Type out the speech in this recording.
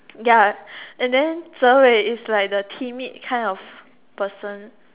ya and then Zer-Hui is like the timid kind of person